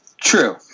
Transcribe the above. True